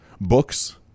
books